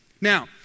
Now